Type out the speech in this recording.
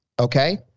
Okay